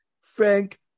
Frank